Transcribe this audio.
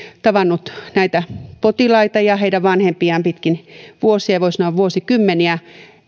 tavannut näitä potilaita ja heidän vanhempiaan pitkin vuosia voi sanoa vuosikymmeniä